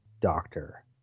doctor